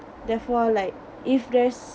therefore like if there's